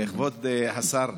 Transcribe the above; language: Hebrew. כבוד השר,